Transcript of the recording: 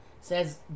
Says